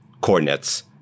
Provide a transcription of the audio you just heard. coordinates